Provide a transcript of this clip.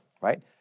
right